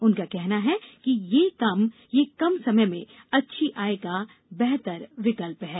उनका कहना है कि यह कम समय में अच्छी आय का बेहतर विकल्प है